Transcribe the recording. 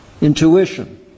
Intuition